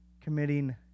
committing